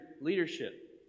leadership